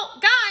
guys